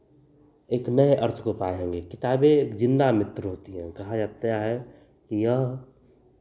एक नए अर्थ को पाऍंगे किताबें एक ज़िंदा मित्र होती हैं कहा जाता है कि यह